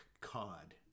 cod